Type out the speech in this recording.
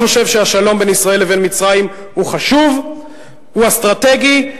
אני חושב שהשלום בין ישראל לבין מצרים הוא חשוב והוא אסטרטגי.